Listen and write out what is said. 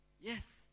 Yes